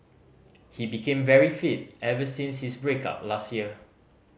he became very fit ever since his break up last year